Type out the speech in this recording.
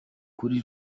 kuri